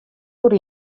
oer